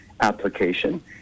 application